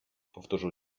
powtórzył